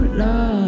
love